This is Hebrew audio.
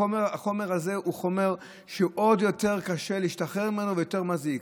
החומר הזה הוא חומר שעוד יותר קשה להשתחרר ממנו והוא יותר מזיק.